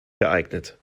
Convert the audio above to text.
geeignet